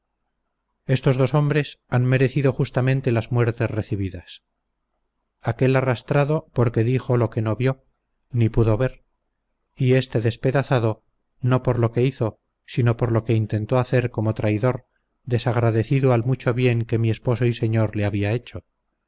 estos dos hombres han merecido justamente las muertes recibidas aquel arrastrado porque dijo lo que no vio ni pudo ver y este despedazado no por lo que hizo sino por lo que intentó hacer como traidor desagradecido al mucho bien que mi esposo y señor le había hecho